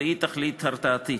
והיא תכלית הרתעתית,